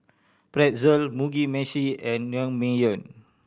Pretzel Mugi Meshi and Naengmyeon